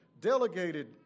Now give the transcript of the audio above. delegated